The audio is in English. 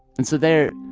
and so there,